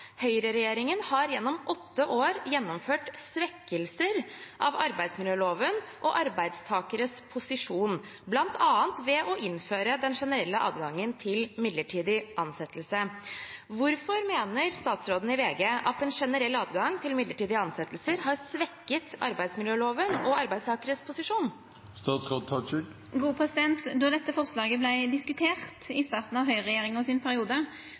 har gjennom åtte år gjennomført svekkelser av arbeidsmiljøloven og arbeidstagernes posisjon, blant annet ved å innføre den generelle adgangen til midlertidig ansettelse Hvorfor mener statsråden i VG at en generell adgang til midlertidige ansettelser har svekket arbeidsmiljøloven og arbeidstakeres posisjon? Då dette forslaget vart diskutert i starten av høgreregjeringa sin periode,